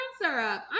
syrup